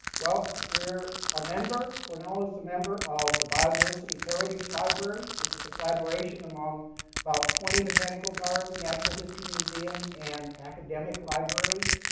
well, we're a member cornell is a member of the biodiversity heritage library, which is a collaboration among about twenty botanical garden, natural history museum, and academic libraries.